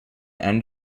end